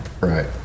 Right